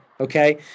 okay